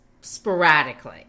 sporadically